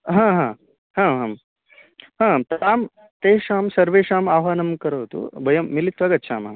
आम् ताम् तेषां सर्वेषाम् आह्वानं करोतु वयं मिलित्वा गच्छामः